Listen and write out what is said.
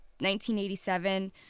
1987